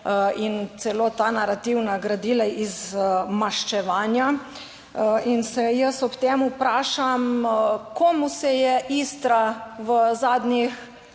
in celo ta narativna gradila iz maščevanja. In se jaz ob tem vprašam, komu se je Istra v zadnjih